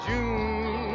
June